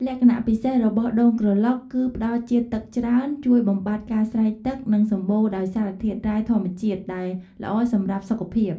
លក្ខណៈពិសេសរបស់ដូងក្រឡុក គឺផ្ដល់ជាតិទឹកច្រើន ជួយបំបាត់ការស្រេកទឹក និងសម្បូរដោយសារធាតុរ៉ែធម្មជាតិ ដែលល្អសម្រាប់សុខភាព។